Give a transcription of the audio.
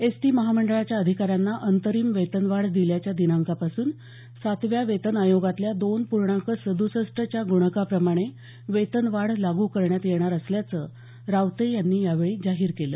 ST महामंडळाच्या अधिकाऱ्यांना अंतरिम वेतनवाढ दिल्याच्या दिनांकापासून सातव्या वेतन आयोगातल्या दोन पूर्णांक सद्सष्ट च्या ग्णकाप्रमाणे वेतवाढ लागू करण्यात येणार असल्याचं रावते यांनी यावेळी जाहीर केलं